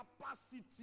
capacity